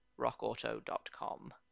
rockauto.com